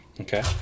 Okay